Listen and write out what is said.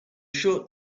short